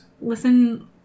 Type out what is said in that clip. Listen